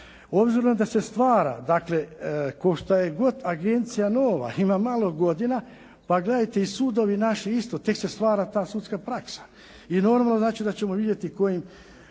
Obzirom da se stvara tko šta je god agencija nova, ima malo godina, pa sudovi naši isto, tek se stvara ta sudska praksa i normalno da ćemo vidjeti kojim